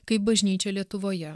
kaip bažnyčia lietuvoje